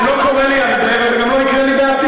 זה לא קורה לי הרבה, וזה גם לא יקרה לי בעתיד.